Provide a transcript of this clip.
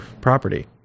property